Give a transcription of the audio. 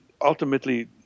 ultimately